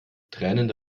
tränende